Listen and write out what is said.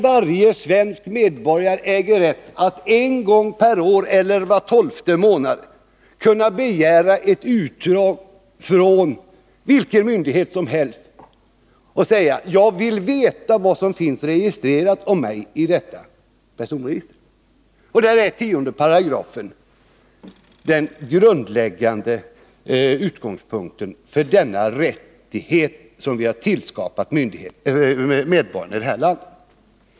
Varje svensk medborgare äger rätt att en gång per år eller var tolfte månad vända sig till vilken myndighet som helst och säga: Jag vill veta vad som finns registrerat om mig. 10 § är den grundläggande utgångspunkten för denna rättighet, som vi har tillförsäkrat medborgarna här i landet.